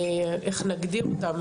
איך נגדיר אותם,